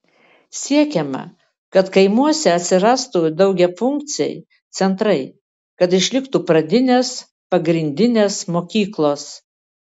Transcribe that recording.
siekiama kad kaimuose atsirastų daugiafunkciai centrai kad išliktų pradinės pagrindinės mokyklos